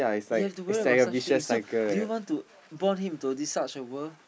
you have to worry about such things so do you want to born him into a this such world